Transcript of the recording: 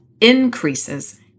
increases